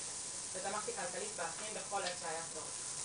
ותמכתי כלכלית באחים בכל עת שהיה צורך.